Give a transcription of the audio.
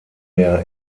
mehr